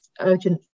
urgent